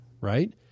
Right